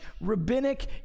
rabbinic